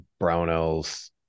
brownells